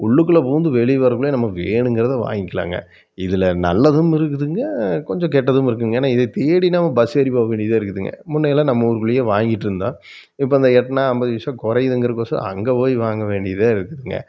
உள்ளுக்குள்ள பூகுந்து வெளியே வரக்குள்ளே நம்ம வேணுங்கிறதை வாங்க்கிலாங்க இதுல நல்லதும் இருக்குதுங்க கொஞ்சம் கெட்டதும் இருக்குதுங்க ஏன்னா இதை தேடி நம்ம பஸ் ஏறி போக வேண்டியதாக இருக்குதுங்க முன்னயெல்லாம் நம்ம ஊருக்குள்ளையே வாங்கிட்டிருந்தோம் இப்போ அந்த எட்டணா ஐம்பது பைசா குறையிதுங்கிறக்கொசரம் அங்கே போய் வாங்க வேண்டியதாக இருக்குதுங்க